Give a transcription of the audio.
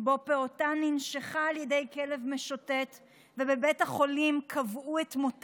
ומהן מושכרות בשכירות מוגנת 703 דירות ומושכרות בשכירות חופשית 63